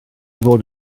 fod